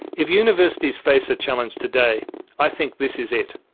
if universities face a challenge today i think this is it.